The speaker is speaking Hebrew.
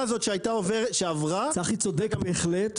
צחי צודק בהחלט